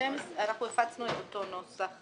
אנחנו הפצנו את אותו נוסח